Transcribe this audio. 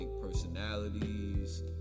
Personalities